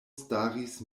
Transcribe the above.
staris